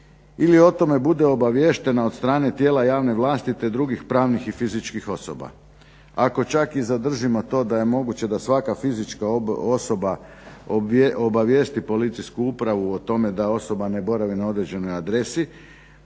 ili o tome bude obaviještena od strane tijela javne vlasti te drugih pravnih i fizičkih osoba ako čak i zadržimo to da je moguće da svaka fizička osoba obavijesti policijsku upravu o tome da osoba ne boravi na određenoj adresi.